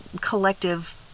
collective